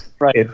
right